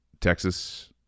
Texas